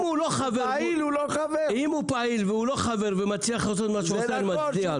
אם הוא פעיל ולא חבר ומצליח לעשות מה שהוא עושה אני מצדיע לו.